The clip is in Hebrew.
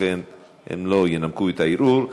לכן הם לא ינמקו את הערעור.